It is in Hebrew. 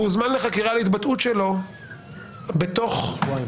הוא הוזמן לחקירה על התבטאות שלו בתוך שבועיים.